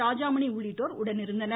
ராஜாமணி உள்ளிட்டோர் உடனிருந்தனர்